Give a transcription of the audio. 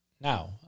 now